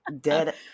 dead